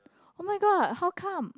[oh]-my-god how come